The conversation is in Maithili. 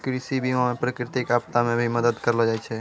कृषि बीमा मे प्रकृतिक आपदा मे भी मदद करलो जाय छै